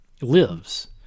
Lives